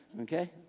Okay